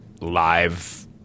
live